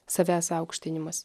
savęs aukštinimas